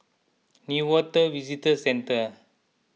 Newater Visitor Centre